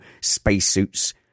spacesuits